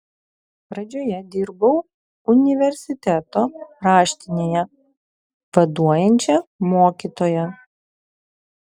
pradžioje dirbau universiteto raštinėje vaduojančia mokytoja